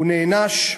הוא נענש,